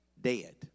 dead